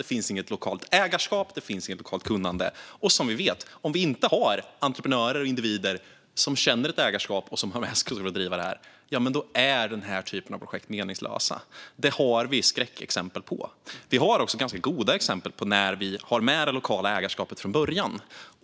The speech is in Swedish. Det finns inget lokalt ägarskap, det finns inget lokalt kunnande, och som vi vet: Om vi inte har entreprenörer och individer som känner ett ägarskap och som har med sig kunskap för att driva det här, ja, då är den här typen av projekt meningslösa. Det finns det skräckexempel på. Det finns också ganska goda exempel på när vi har med det lokala ägarskapet från början.